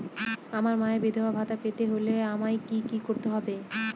আমার মায়ের বিধবা ভাতা পেতে হলে আমায় কি কি করতে হবে?